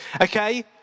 Okay